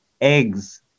eggs